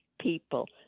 people